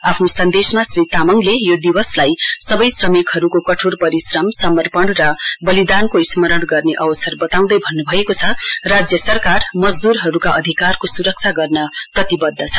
आफ्नो सन्देशमा श्री तामाङले यो दिवसलाई सबै श्रमिकहरूको कठोर परिश्रम समर्पण र बलिदानको स्मरण गर्ने अवसर बताउँदै भन्नु भएको छ राज्य सरकार मजद्रहरूका अधिकारको स्रक्षा गर्न प्रतिबद्ध छ